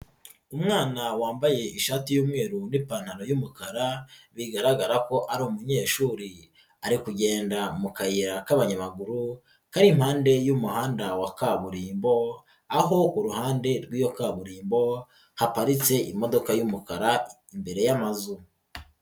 Umwana wambaye ishati y'umweru n'ipantaro y'umukara bigaragara ko ari umunyeshuri, ari kugenda mu kayira k'abanyamaguru kari impande y'umuhanda wa kaburimbo, aho uruhande rw'iyo kaburimbo haparitse imodoka y'umukara imbere y'amazu.